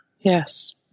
Yes